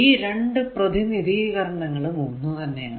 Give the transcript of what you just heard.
ഈ രണ്ടു പ്രതിനിധീകരണങ്ങളും ഒന്ന് തന്നെയാണ്